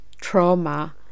trauma